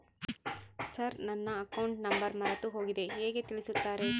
Sir ನನ್ನ account number ಮರೆತುಹೋಗಿದೆ ಹೇಗೆ ತಿಳಿಸುತ್ತಾರೆ?